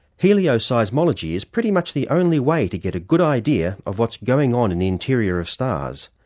helioseismology is pretty much the only way to get a good idea of what's going on in the interior of stars,